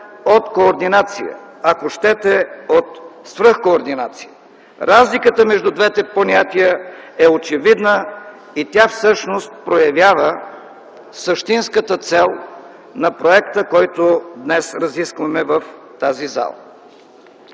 от координация, ако щете, от свръхкоординация. Разликата между двете понятия е очевидна и тя всъщност проявява същинската цел на проекта, който днес разискваме в тази зала.